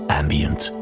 ambient